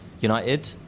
United